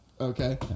Okay